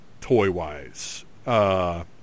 toy-wise